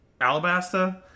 alabasta